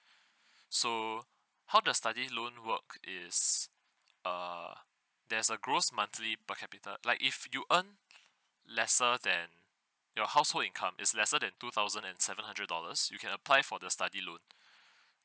so how the study loan work is err there's a gross monthly per capita like if you earn lesser than your household income is lesser than two thousand and seven hundred dollars you can apply for the study looan